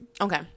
Okay